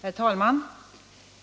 Herr talman!